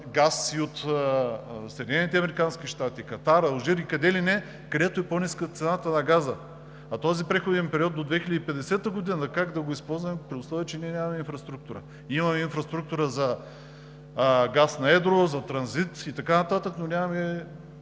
щати, Катар, Алжир и къде ли не, където е по-ниска цената на газа. А този преходен период до 2050 г. как да го изпълним, при условие че ние нямаме инфраструктура? Имаме инфраструктура за газ на едро, за транзит и така нататък, но нямаме